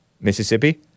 Mississippi